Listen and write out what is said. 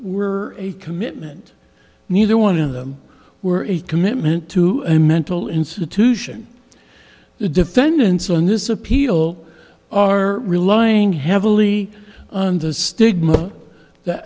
were a commitment neither one of them were a commitment to a mental institution the defendants on this appeal are relying heavily on the stigma that